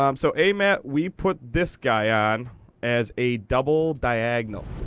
um so amat, we put this guy on as a double diagonal.